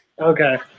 Okay